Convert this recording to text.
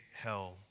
hell